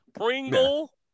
Pringle